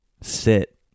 sit